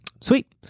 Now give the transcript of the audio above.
Sweet